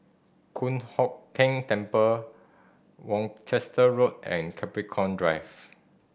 Kong Hock Keng Temple Worcester Road and Capricorn Drive